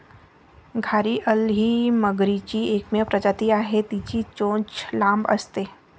घारीअल ही मगरीची एकमेव प्रजाती आहे, तिची चोच लांब असते